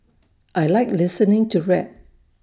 I Like listening to rap